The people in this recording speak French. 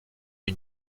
une